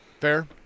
Fair